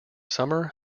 summer